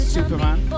Superman